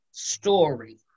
story